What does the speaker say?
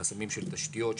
חסמים של תשתיות,